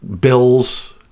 Bills